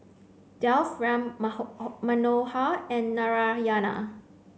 Dev Ram Manohar and Narayana